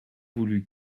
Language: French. voulu